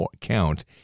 count